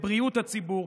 לבריאות הציבור,